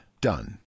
Done